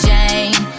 Jane